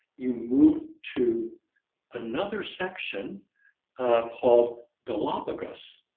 you move to another section called galapagos.